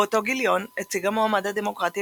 באותו גיליון הציג המועמד הדמוקרטי